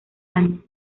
año